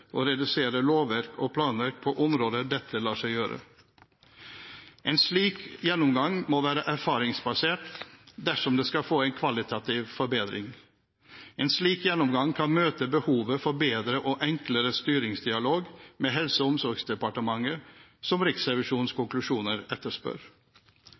redusere lovverk og planverk på områder der dette lar seg gjøre. En slik gjennomgang må være erfaringsbasert dersom en skal få en kvalitativ forbedring. En slik gjennomgang kan møte behovet for bedre og enklere styringsdialog med Helse- og omsorgsdepartementet som Riksrevisjonens